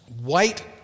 white